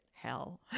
hell